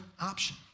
option